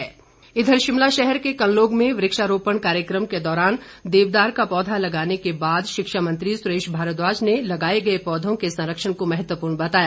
सुरेश भारद्वाज इधर शिमला शहर के कनलोग में वृक्षारोपण कार्यक्रम के दौरान देवदार का पौधा लगाने के बाद शिक्षा मंत्री सुरेश भारद्वाराज ने लगाए गए पौधों के संरक्षण को महत्वपूर्ण बताया